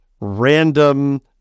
random